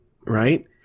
right